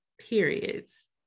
periods